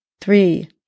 three